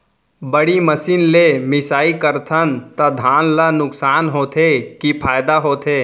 बड़ी मशीन ले मिसाई करथन त धान ल नुकसान होथे की फायदा होथे?